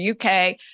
UK